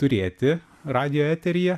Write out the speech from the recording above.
turėti radijo eteryje